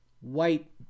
white